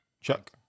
Chuck